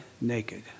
naked